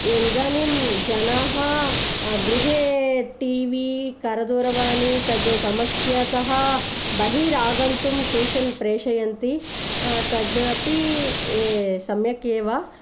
इदानीं जनाः गृहे टी वी करदूरवाणी तत् समस्यातः बहिरागन्तुं ट्यूशन् प्रेषयन्ति तदपि सम्यक् एव